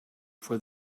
for